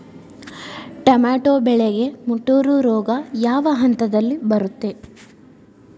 Tomato ಬೆಳೆಗೆ ಮುಟೂರು ರೋಗ ಯಾವ ಹಂತದಲ್ಲಿ ಬರುತ್ತೆ?